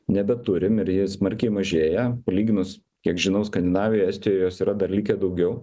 nebeturim ir ji smarkiai mažėja palyginus kiek žinau skandinavijoj estijoj jos yra dar likę daugiau